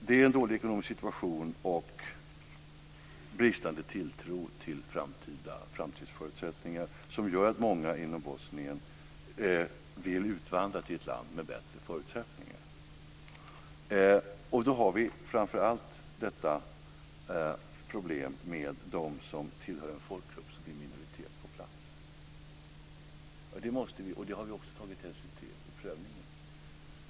Det är en dålig ekonomisk situation och bristande tilltro till framtidsförutsättningarna som gör att många inom Bosnien vill utvandra till ett land med bättre förutsättningar. Då har vi framför allt detta problem med dem som tillhör en folkgrupp som är i minoritet på plats. Det har vi också tagit hänsyn till i prövningen.